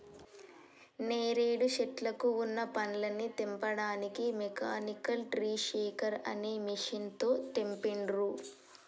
నేరేడు శెట్లకు వున్న పండ్లని తెంపడానికి మెకానికల్ ట్రీ షేకర్ అనే మెషిన్ తో తెంపిండ్రు